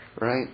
Right